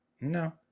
No